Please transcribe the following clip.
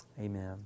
amen